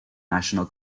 national